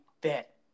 bet